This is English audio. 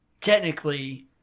technically